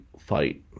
fight